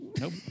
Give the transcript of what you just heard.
Nope